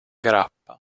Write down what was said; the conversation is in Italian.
grappa